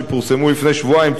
שפורסמו לפני שבועיים,